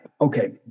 okay